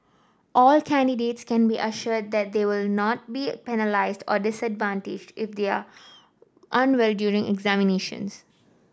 all candidates can be assured that they will not be penalised or disadvantaged if they are unwell during examinations